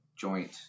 joint